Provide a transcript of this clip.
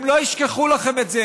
הם לא ישכחו לכם את זה.